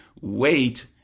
wait